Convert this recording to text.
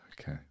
Okay